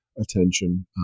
attention